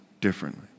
differently